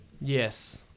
Yes